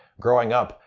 growing up,